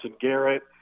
Garrett